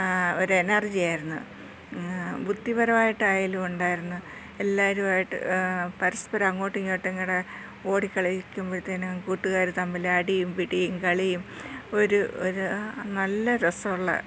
ഒരു എനർജി ആയിരുന്നു ബുദ്ധിപരമായിട്ട് ആയാലും ഉണ്ടായിരുന്നു എല്ലാവരുമായിട്ട് പരസ്പരം അങ്ങോട്ടും ഇങ്ങോട്ടും ഇങ്ങനെ ഓടി കളിക്കുമ്പോൾ തന്നെ കൂട്ടുകാർ തമ്മിൽ അടിയും പിടിയും കളിയും ഒരു ഒരു നല്ല രസമുള്ള